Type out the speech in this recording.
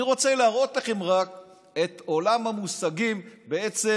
אני רוצה להראות לכם רק את עולם המושגים הדואלי.